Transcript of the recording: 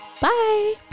bye